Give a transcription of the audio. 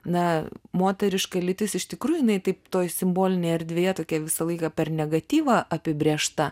na moteriška lytis iš tikrųjų jinai taip toje simbolinėje erdvėje tokia visą laiką per negatyvą apibrėžta